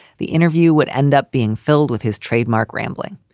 the interview would end up being filled with his trademark rambling.